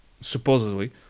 supposedly